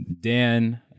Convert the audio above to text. dan